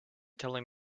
telling